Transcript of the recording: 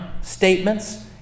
statements